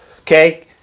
Okay